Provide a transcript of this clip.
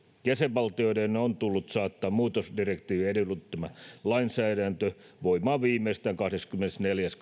jäsenvaltioiden on tullut saattaa muutosdirektiivin edellyttämä lainsäädäntö voimaan viimeistään kahdeskymmenesneljäs